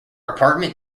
apartment